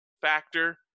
factor